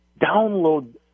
download